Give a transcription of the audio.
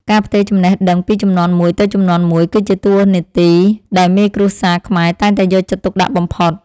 ការផ្ទេរចំណេះដឹងពីជំនាន់មួយទៅជំនាន់មួយ គឺជាតួនាទីដែលមេគ្រួសារខ្មែរតែងតែយកចិត្តទុកដាក់បំផុត។